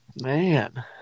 man